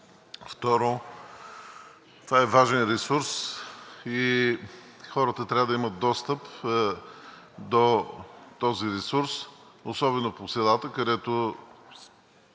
Второ, това е важен ресурс и хората трябва да имат достъп до този ресурс, особено по селата, където